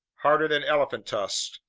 harder than elephant tusks,